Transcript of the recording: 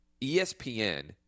ESPN